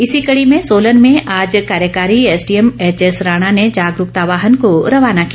इसी कड़ी में सोलन में आज कार्यकारी एसडीएम एच एस राणा ने जागरूकता वाहन को रवाना किया